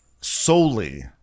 solely